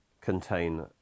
contain